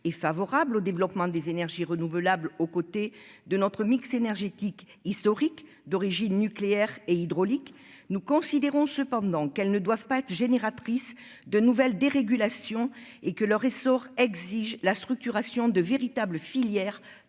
est favorable au développement des énergies renouvelables au côté de notre mix énergétique historique d'origine nucléaire et hydraulique nous considérons cependant qu'elles ne doivent pas être génératrice de nouvelles dérégulations et que leur essor exige la structuration de véritables filières